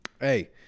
Hey